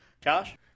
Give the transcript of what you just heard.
Josh